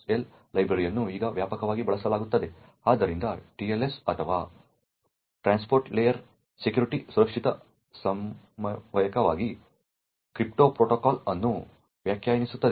ಆದ್ದರಿಂದ TLS ಅಥವಾ transport layer security ಸುರಕ್ಷಿತ ಸಂವಹನಕ್ಕಾಗಿ ಕ್ರಿಪ್ಟೋ ಪ್ರೋಟೋಕಾಲ್ ಅನ್ನು ವ್ಯಾಖ್ಯಾನಿಸುತ್ತದೆ